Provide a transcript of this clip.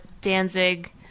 Danzig